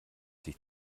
sich